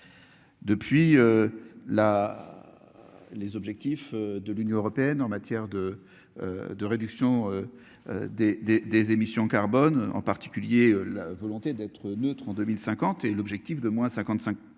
Depuis. Là. Les objectifs de l'Union européenne en matière de. De réduction. Des des des émissions carbone en particulier la volonté d'être neutre en 2050 et l'objectif de moins 55%